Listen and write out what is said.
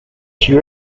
she